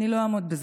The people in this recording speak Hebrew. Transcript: אני לא אעמוד בזה.